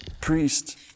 Priest